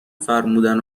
فرمودن